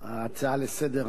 ההצעה לסדר-היום,